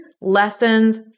lessons